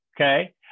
Okay